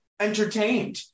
entertained